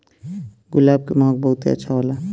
गुलाब के महक बहुते अच्छा होला